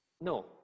No